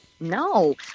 No